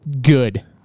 good